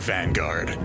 Vanguard